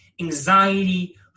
anxiety